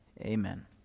Amen